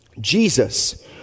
Jesus